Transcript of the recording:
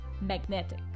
magnetic